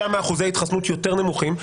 שם אחוזי ההתחסנות יותר נמוכים,